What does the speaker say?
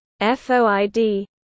FOID